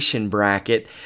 bracket